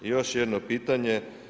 I još jedno pitanje.